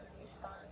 respond